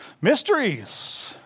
Mysteries